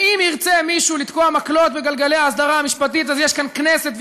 ואם ירצה מישהו לתקוע מקלות בגלגלי ההסדרה המשפטית אז יש כאן כנסת,